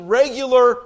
regular